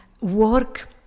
work